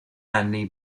anni